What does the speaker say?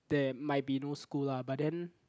there might be no school lah but then